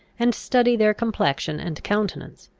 and study their complexion and countenance.